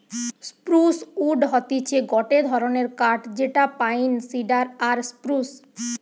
spruce wood হতিছে গটে ধরণের কাঠ যেটা পাইন, সিডার আর স্প্রুস